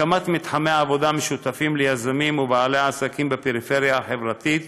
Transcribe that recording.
הקמת מתחמי עבודה משותפים ליזמים ולבעלי עסקים בפריפריה החברתית,